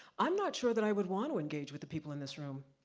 i'm not sure that i would want to engage with the people in this room.